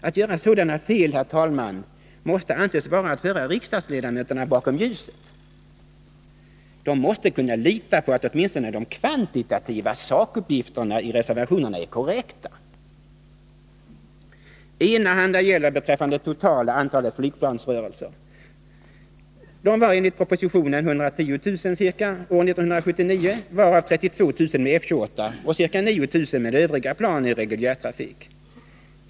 Att göra sådana fel, herr talman, måste anses vara att föra riksdagsledamöterna bakom ljuset. De måste kunna lita på att åtminstone de kvantitativa sakuppgifterna i reservationerna är korrekta. Enahanda gäller beträffande totala antalet flygplansrörelser. De var enligt propositionen ca 110 000 år 1979, varav ca 32 000 med F-28 och ca 9 000 med övriga plan i reguljärtrafik.